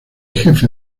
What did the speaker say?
jefe